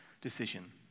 decision